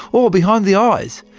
or behind the eyes.